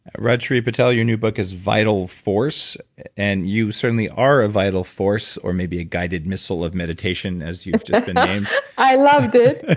rajshree patel, your new book is vital force and you certainly are a vital force or maybe a guided missile of meditation as you've just been named i loved it